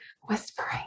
whispering